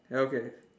ya okay